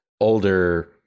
older